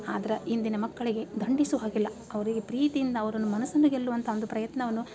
ಆದ್ರೆ ಇಂದಿನ ಮಕ್ಕಳಿಗೆ ದಂಡಿಸೋ ಹಾಗಿಲ್ಲ ಅವರಿಗೆ ಪ್ರೀತಿಯಿಂದ ಅವ್ರನ್ನು ಮನಸ್ಸನ್ನು ಗೆಲ್ಲುವಂಥ ಒಂದು ಪ್ರಯತ್ನವನ್ನು